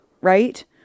Right